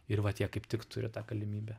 ir vat jie kaip tik turi tą galimybę